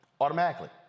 Automatically